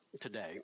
today